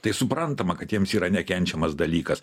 tai suprantama kad jiems yra nekenčiamas dalykas